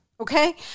okay